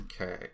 Okay